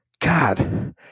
God